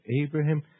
Abraham